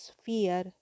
sphere